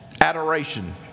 Adoration